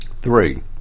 Three